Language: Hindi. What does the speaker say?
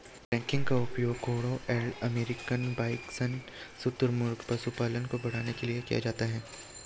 रैंकिंग का उपयोग घोड़ों एल्क अमेरिकन बाइसन शुतुरमुर्ग पशुधन को बढ़ाने के लिए किया जाता है